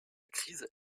crise